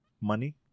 money